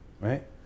right